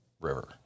river